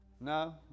No